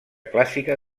clàssica